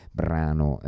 brano